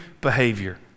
behavior